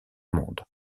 monde